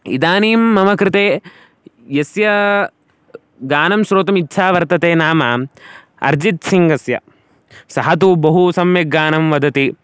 इदानीं मम कृते यस्य गानं श्रोतुम् इच्छा वर्तते नाम अर्जित् सिङ्गस्य सः तु बहु सम्यक् गानं वदति